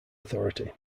authority